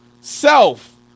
self